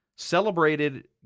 Celebrated